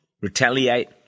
retaliate